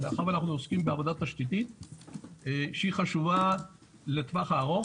מאחר ואנחנו עוסקים בעבודה תשתית שהיא חשובה לטווח הארוך,